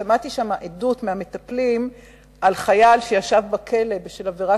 שמעתי שם עדות מהמטפלים על חייל שישב בכלא בשל עבירה